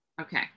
Okay